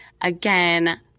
again